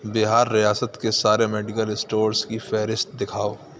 بہار ریاست کے سارے میڈیکل اسٹورز کی فہرست دکھاؤ